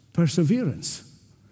perseverance